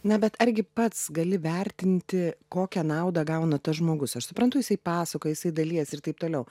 na bet argi pats gali vertinti kokią naudą gauna tas žmogus aš suprantu jisai pasakoja jisai dalijas ir taip toliau